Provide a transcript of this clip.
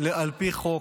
על פי חוק.